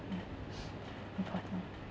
mm important